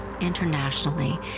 internationally